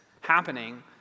happening